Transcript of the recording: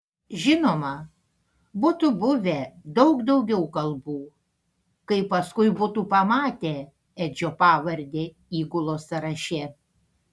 žinoma būtų buvę daug daugiau kalbų kai paskui būtų pamatę edžio pavardę įgulos sąraše